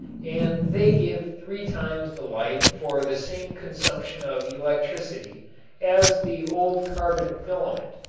and they give three times the light for the same consumption of electricity as the old carbon filament.